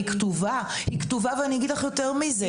היא כתובה, ואני אגיד לך יותר מזה: